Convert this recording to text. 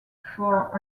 for